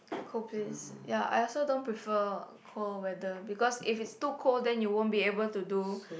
cold place ya I also don't prefer cold weather because if it's too cold then you won't be able to do